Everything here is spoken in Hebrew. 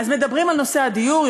אז מדברים על נושא הדיור.